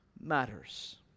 matters